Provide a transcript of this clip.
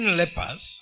lepers